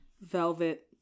velvet